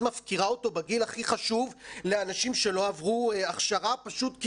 מפקירה אותו בגיל הכי חשוב לאנשים שלא עברו הכשרה פשוט כי,